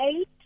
eight